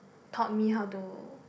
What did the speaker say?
taught me how to